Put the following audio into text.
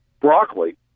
broccoli